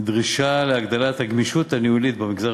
דרישה להגדלת הגמישות הניהולית במגזר